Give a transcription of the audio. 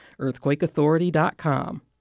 EarthquakeAuthority.com